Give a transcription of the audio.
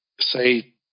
say